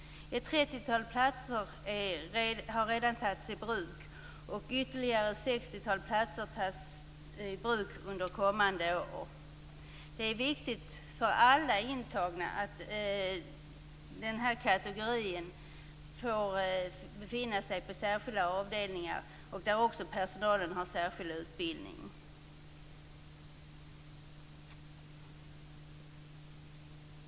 Ett trettiotal platser har redan tagits i bruk. Ytterligare ett sextiotal platser tas i bruk under kommande år. Det är viktigt för alla intagna att den här kategorin får befinna sig på särskilda avdelningar, där också personalen har särskild utbildning.